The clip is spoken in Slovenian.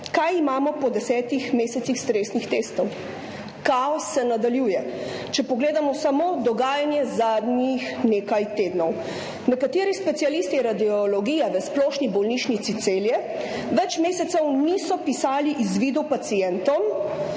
Kaj imamo po desetih mesecih stresnih testov? Kaos se nadaljuje. Če pogledamo samo dogajanje zadnjih nekaj tednov. Nekateri specialisti radiologije v Splošni bolnišnici Celje več mesecev niso pisali izvidov pacientom